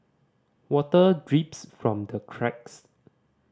water drips from the cracks